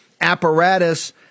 apparatus